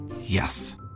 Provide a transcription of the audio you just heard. Yes